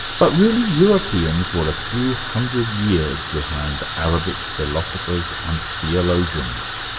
but really europeans were a few hundred years behind arabic philosophers and theologians.